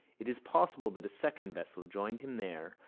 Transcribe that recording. it is possible that a second vessel joined him there,